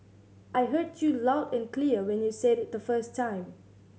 I heard you loud and clear when you said it the first time